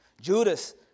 Judas